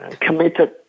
committed